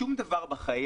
שום דבר בחיים,